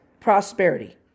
prosperity